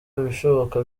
ibishoboka